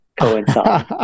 coincide